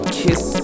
kiss